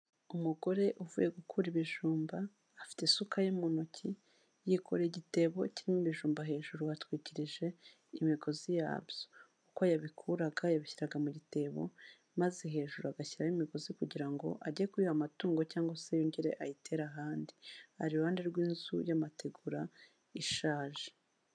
Umugore uvuye gukura ibijumba afite isuka ye mu ntoki yikorera igitebo kirimo ibijumba hejuru yatwikirije imigozi yabyo uko yabikuraga yabishyiraga mu gitebo maze hejuru agashyiraho imigozi kugira ngo ajye kuyiha amatungo cyangwa se yongere ayitere ahandi, ari iruhande rw'inzu y'amategura ishaje.